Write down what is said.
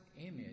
image